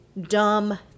dumb